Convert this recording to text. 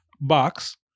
box